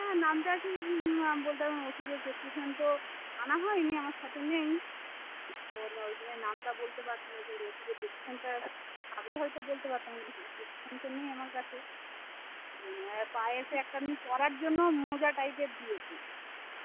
নামটা কি বলতে পারব না ওষুধের প্রেসক্রিপশন তো আনা হয়নি আমার সথে নেই ওই জন্যে নামটা বলতে পারছি না কিন্তু ওষুধের প্রেসক্রিপশনটা থাকলে হয়ত বলতে পারতাম কিন্তু প্রেসক্রিপশন তো নেই আমার কাছে পায়ে সে একটা এমনি পরার জন্য মোজা টাইপের দিয়েছে